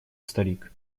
старик